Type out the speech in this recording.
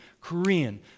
Korean